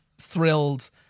thrilled